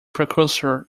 precursor